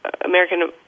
American